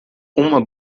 uma